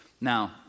Now